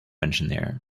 engineer